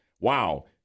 Wow